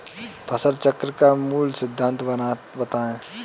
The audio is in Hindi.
फसल चक्र का मूल सिद्धांत बताएँ?